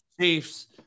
Chiefs